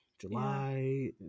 july